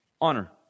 honor